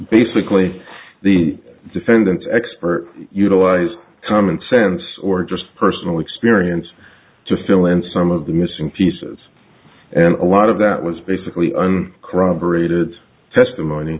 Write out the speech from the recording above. basically the defendant expert utilize common sense or just personal experience to fill in some of the missing pieces and a lot of that was basically corroborated testimony